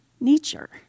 nature